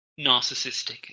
narcissistic